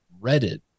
Reddit